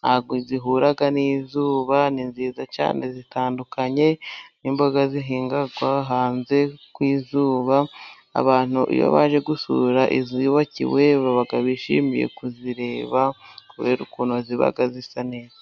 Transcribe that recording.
ntago zihura n'izuba ni nziza cyane, zitandukanye n'imboga zihingwa hanze ku zuba, abantu iyo baje gusura izubakiwe baba bishimiye kuzireba kubera ukuntu ziba zisa neza.